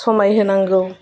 समाय होनांगौ